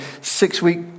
six-week